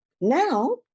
Now